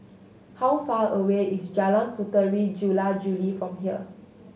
how far away is Jalan Puteri Jula Juli from here